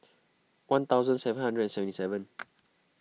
one thousand seven hundred and seventy seven